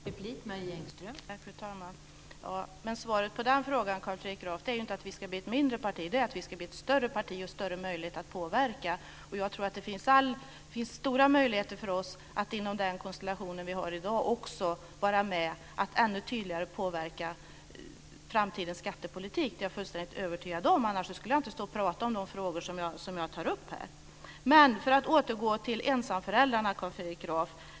Fru talman! Svaret på den frågan, Carl Fredrik Graf, är inte att Vänsterpartiet ska bli ett mindre parti utan att det ska bli ett större parti med större möjlighet att påverka. Det finns stora möjligheter för oss att också inom den konstellation vi har i dag vara med och ännu tydligare påverka framtidens skattepolitik. Det är jag fullständigt övertygad om. Annars skulle jag inte stå och tala om de frågor jag här tar upp. Jag återgår till ensamföräldrarna, Carl Fredrik Graf.